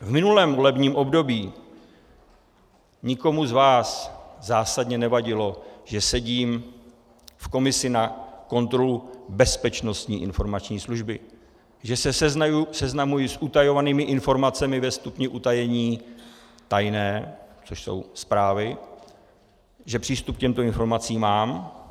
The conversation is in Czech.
V minulém volebním období nikomu z vás zásadně nevadilo, že sedím v komisi pro kontrolu Bezpečnostní informační služby, že se seznamuji s utajovanými informacemi ve stupni utajení tajné což jsou zprávy že přístup k těmto informacím mám.